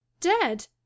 dead